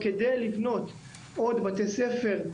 כדי לבנות עוד בתי ספר.